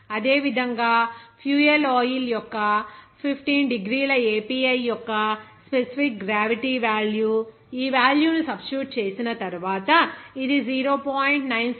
అదేవిధంగా fuel oil యొక్క 15 డిగ్రీల API యొక్క స్పెసిఫిక్ గ్రావిటీ వేల్యూ ఈ వేల్యూ ను సబ్స్టిట్యూట్ చేసిన తరువాత ఇది 0